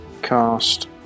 cast